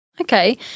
Okay